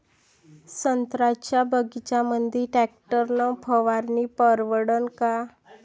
संत्र्याच्या बगीच्यामंदी टॅक्टर न फवारनी परवडन का?